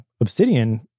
Obsidian